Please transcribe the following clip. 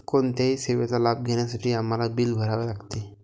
कोणत्याही सेवेचा लाभ घेण्यासाठी आम्हाला बिल भरावे लागते